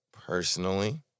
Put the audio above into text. personally